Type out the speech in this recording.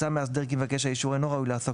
מצא מאסדר כי מבקש האישור אינו ראוי לעסוק